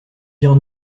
dire